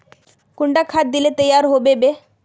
कुंडा खाद दिले तैयार होबे बे?